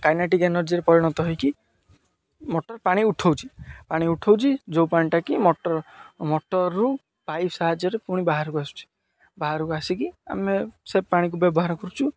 kinetic ଏନର୍ଜରେ ପରିଣତ ହେଇକି ମୋଟର ପାଣି ଉଠଉଛି ପାଣି ଉଠଉଛି ଯେଉଁ ପାଣିଟା କିି ମୋଟର ମୋଟରରୁ ପାଇପ୍ ସାହାଯ୍ୟରେ ପୁଣି ବାହାରକୁ ଆସୁଛି ବାହାରକୁ ଆସିକି ଆମେ ସେ ପାଣିକୁ ବ୍ୟବହାର କରୁଛୁ